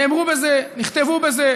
נאמרו על זה ונכתבו על זה